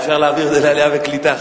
אפשר להעביר את זה לעלייה וקליטה,